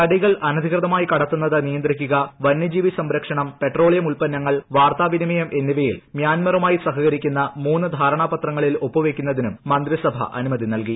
തടികൾ അനധികൃതമായി കടത്തുന്നത് നിയന്ത്രിക്കുക വന്യജീവി സംരക്ഷണം പെട്രോളിയം ഉത്പന്നങ്ങൾ വാർത്താവിനിമയം എന്നിവയിൽ മ്യാൻമാറുമായി സഹകരിക്കുന്ന മൂന്ന് ധാരണപത്രങ്ങളിൽ ഒപ്പുവയ്ക്കുന്നതിനും മന്ത്രിസഭ അനുമതി നൽകി